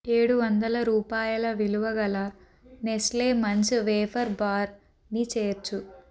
ఏడు వందల రూపాయల విలువ గల నెస్లే మంచ్ వేఫర్ బార్ని చేర్చు